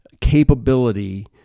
capability